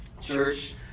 Church